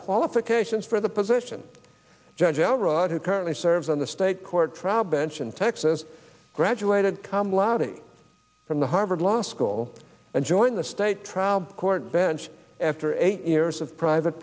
qualifications for the position of judge l rod who currently serves on the state court trial bench in texas graduated cum lottie from the harvard law school and joined the state trial court bench after eight years of private